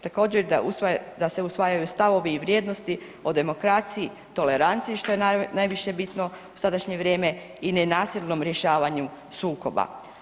Također, da se usvajaju stavovi i vrijednosti o demokraciji, toleranciji, što je najviše bitno u sadašnje vrijeme i nenasilnom rješavanju sukoba.